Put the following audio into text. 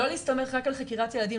לא להסתמך רק על חקירת ילדים.